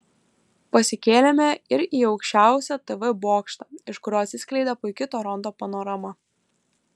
pasikėlėme ir į aukščiausią tv bokštą iš kurio atsiskleidė puiki toronto panorama